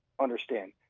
understand